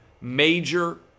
major